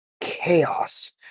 chaos